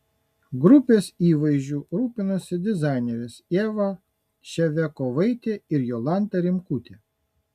grupės įvaizdžiu rūpinosi dizainerės ieva ševiakovaitė ir jolanta rimkutė